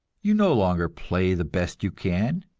you no longer play the best you can,